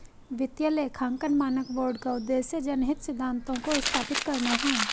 वित्तीय लेखांकन मानक बोर्ड का उद्देश्य जनहित सिद्धांतों को स्थापित करना है